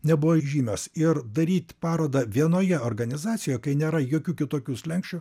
nebuvo įžymios ir daryt parodą vienoje organizacijoje kai nėra jokių kitokių slenksčių